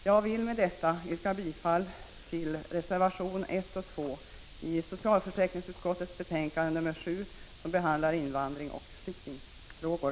Jag vill med detta yrka bifall till reservationerna 1 och 2 i socialförsäkringsutskottets betänkande 7, som behandlar invandring och flyktingfrågor.